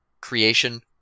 creation